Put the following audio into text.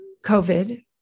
COVID